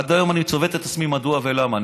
עד היום אני צובט את עצמי מדוע ולמה.